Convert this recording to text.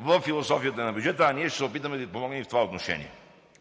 във философията на бюджета, а ние ще се опитаме да Ви помогнем и в това отношение.